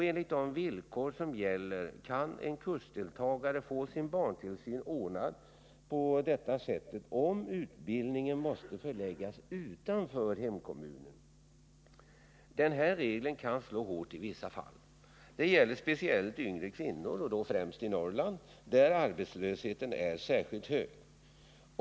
Enligt de villkor som gäller kan en kursdeltagare få sin barntillsyn ordnad på detta sätt om utbildningen måste förläggas utanför hemkommunen. Den här regeln kan slå hårt i vissa fall. Det gäller speciellt yngre kvinnor, främst i Norrland, där arbetslösheten är särskilt hög.